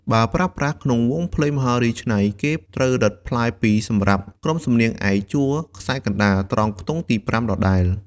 បើប្រើប្រាស់ក្នុងវង់ភ្លេងមហោរីច្នៃ គេត្រូវរឹតផ្លែ២សំរាប់ក្រុមសំនៀងឯកជួរខ្សែកណ្ដាល ត្រង់ខ្ទង់ទី៥ ដដែល។